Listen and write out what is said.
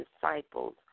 disciples